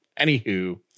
anywho